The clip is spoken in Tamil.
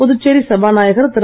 புதுச்சேரி சபாநாயகர் திரு